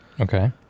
Okay